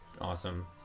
awesome